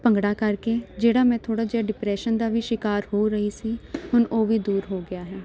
ਭੰਗੜਾ ਕਰਕੇ ਜਿਹੜਾ ਮੈਂ ਥੋੜ੍ਹਾ ਜਿਹਾ ਡਿਪਰੈਸ਼ਨ ਦਾ ਵੀ ਸ਼ਿਕਾਰ ਹੋ ਰਹੀ ਸੀ ਹੁਣ ਉਹ ਵੀ ਦੂਰ ਹੋ ਗਿਆ ਹੈ